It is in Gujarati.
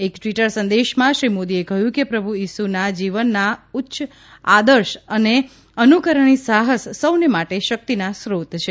એક ટ્વીટર સંદેશામાં શ્રી મોદીએ કહ્યું કે પ્રભુ ઇશુના જીવનના ઉચ્છ આદર્શ અને અનુકરણી સાહસ સૌને માટે શક્તિના સ્રોત છે